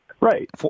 Right